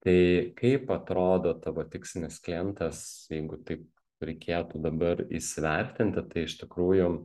tai kaip atrodo tavo tikslinis klientas jeigu taip reikėtų dabar įsivertinti tai iš tikrųjų